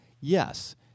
Yes